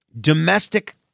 domestic